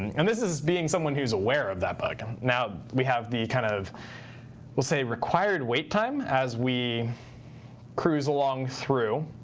and this is being someone who's aware of that bug. now, we have the kind of we'll say required wait time as we cruise along through.